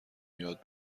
یاد